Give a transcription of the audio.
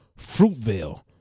Fruitvale